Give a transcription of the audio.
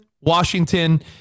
Washington